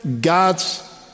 God's